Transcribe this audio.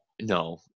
No